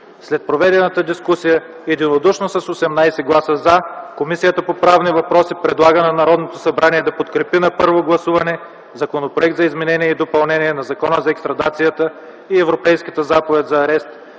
След проведената дискусия единодушно с 18 гласа „за” Комисията по правни въпроси предлага на Народното събрание да подкрепи на първо гласуване Законопроект за изменение и допълнение на Закона за екстрадицията и Европейската заповед за арест,